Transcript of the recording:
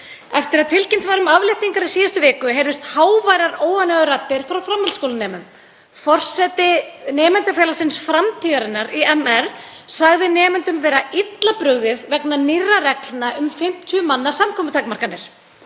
Eftir að tilkynnt var um afléttingar í síðustu viku heyrðust háværar óánægjuraddir frá framhaldsskólanemum. Forseti nemendafélagsins Framtíðarinnar í MR sagði nemendum vera illa brugðið vegna nýrra reglna um 50 manna samkomutakmarkanir.